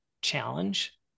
challenge